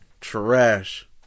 trash